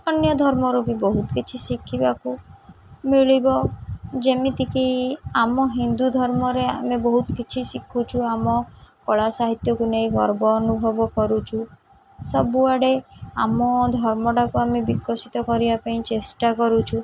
ଅନ୍ୟ ଧର୍ମରୁ ବି ବହୁତ କିଛି ଶିଖିବାକୁ ମିଳିବ ଯେମିତିକି ଆମ ହିନ୍ଦୁ ଧର୍ମରେ ଆମେ ବହୁତ କିଛି ଶିଖୁଛୁ ଆମ କଳା ସାହିତ୍ୟକୁ ନେଇ ଗର୍ବ ଅନୁଭବ କରୁଛୁ ସବୁଆଡ଼େ ଆମ ଧର୍ମଟାକୁ ଆମେ ବିକଶିତ କରିବା ପାଇଁ ଚେଷ୍ଟା କରୁଛୁ